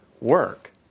work